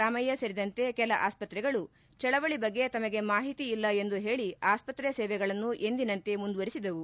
ರಾಮಯ್ಯ ಸೇರಿದಂತೆ ಕೆಲ ಆಸ್ಪತ್ರೆಗಳು ಚಳವಳಿ ಬಗ್ಗೆ ತಮಗೆ ಮಾಹಿತಿ ಇಲ್ಲ ಎಂದು ಹೇಳಿ ಆಸ್ಪತ್ರೆ ಸೇವೆಗಳನ್ನು ಎಂದಿನಂತೆ ಮುಂದುವರೆಸಿದವು